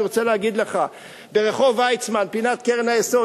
אני רוצה להגיד לך שברחוב ויצמן פינת קרן-היסוד